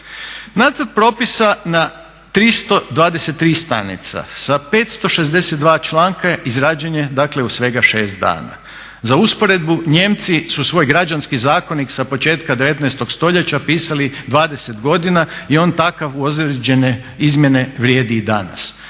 Nacrt propisa na 323 stranice sa 562 članka izrađen je u svega 6 dana. Za usporedbu Nijemci su svoj građanski zakonik sa početka 19.stoljeća pisali 20 godina i on takav uz određene izmjene vrijedi i danas.